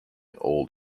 old